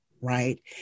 right